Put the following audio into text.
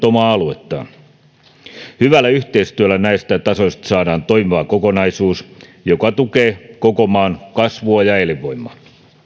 omaa aluettaan hyvällä yhteistyöllä näistä tasoista saadaan toimiva kokonaisuus joka tukee koko maan kasvua ja elinvoimaa